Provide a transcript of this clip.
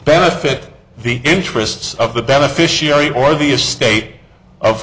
benefit the interests of the beneficiary or the estate of